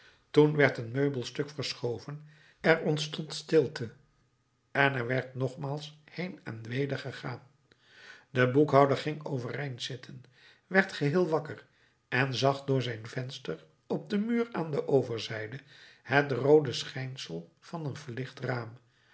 toen werd een meubelstuk verschoven er ontstond stilte en er werd nogmaals heen en weder gegaan de boekhouder ging overeind zitten werd geheel wakker en zag door zijn venster op den muur aan de overzijde het roode schijnsel van een verlicht raam